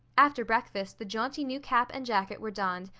after breakfast the jaunty new cap and jacket were donned,